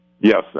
Yes